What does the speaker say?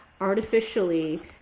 artificially